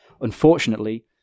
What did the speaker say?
Unfortunately